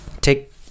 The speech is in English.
Take